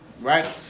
right